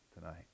tonight